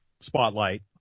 spotlight